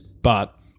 But-